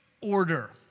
order